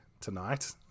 tonight